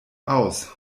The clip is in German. aus